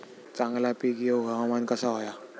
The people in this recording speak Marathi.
चांगला पीक येऊक हवामान कसा होया?